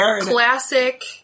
classic